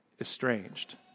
estranged